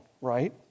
right